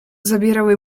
zabierały